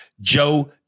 Joe